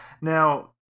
Now